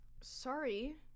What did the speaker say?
Sorry